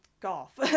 golf